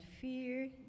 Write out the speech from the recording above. fear